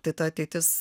tai ta ateitis